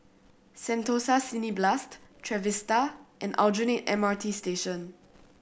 Sentosa Cineblast Trevista and Aljunied M R T Station